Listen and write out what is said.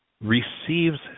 receives